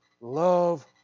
love